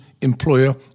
employer